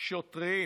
שוטרים